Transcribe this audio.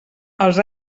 els